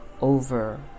over